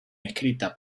escrita